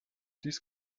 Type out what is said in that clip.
dies